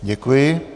Děkuji.